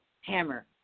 Hammer